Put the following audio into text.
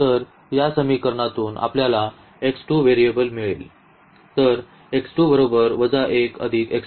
तर या समीकरणातून आपल्याला x 2 व्हेरिएबल मिळेल